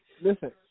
Listen